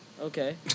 Okay